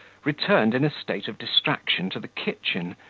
returned in a state of distraction to the kitchen,